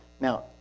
now